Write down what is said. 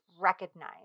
recognize